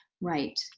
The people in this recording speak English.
Right